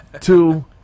two